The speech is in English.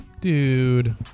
dude